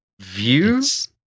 Views